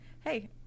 Hey